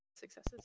successes